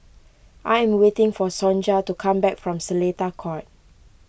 I am waiting for Sonja to come back from Seletar Court